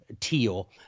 teal